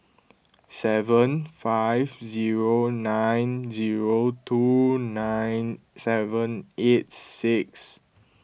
seven five zero nine zero two nine seven eight six